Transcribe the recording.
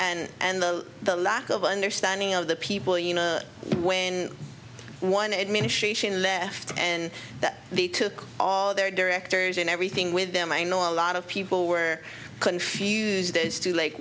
and the the lack of understanding of the people you know when one administration left and the took all their directors and everything with them i know a lot of people were confused as to like